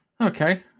Okay